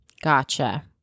gotcha